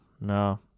no